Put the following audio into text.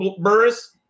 Burris